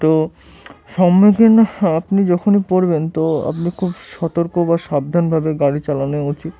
তো সম্মুখীন আপনি যখনই পড়বেন তো আপনি খুব সতর্ক বা সাবধানভাবে গাড়ি চালানো উচিত